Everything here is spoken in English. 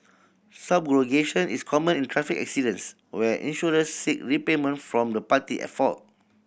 subrogation is common in traffic accidents where insurers seek repayment from the party at fault